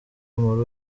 muri